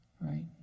right